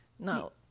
No